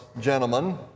gentlemen